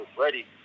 ready